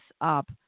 up